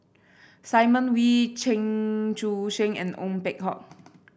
Simon Wee Chen Sucheng and Ong Peng Hock